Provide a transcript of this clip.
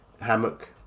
hammock